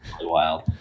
wild